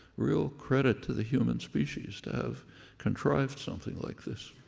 real credit to the human species to have contrived something like this.